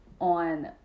on